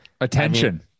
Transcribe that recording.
attention